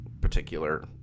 particular